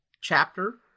chapter